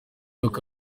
uko